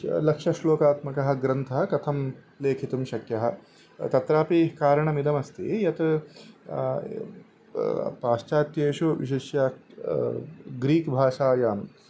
लक्षश्लोकात्मकः ग्रन्थः कथं लेखितुं शक्यः तत्रापि कारणमिदमस्ति यत् पाश्चात्येषु विशिष्य ग्रीक्भाषायां